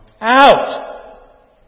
out